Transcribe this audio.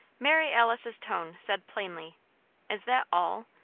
mary alice's tone said plainly is that all?